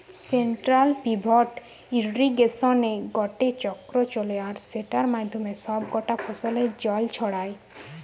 central pivot ইর্রিগেশনে গটে চক্র চলে আর সেটার মাধ্যমে সব কটা ফসলে জল ছড়ায়